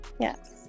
Yes